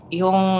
yung